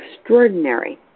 extraordinary